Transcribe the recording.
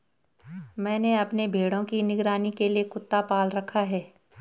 मैंने अपने भेड़ों की निगरानी के लिए कुत्ता पाल रखा है